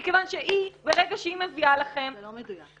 מכוון שברגע שהיא מביאה לכם -- זה לא מדויק.